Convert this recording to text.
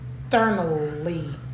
externally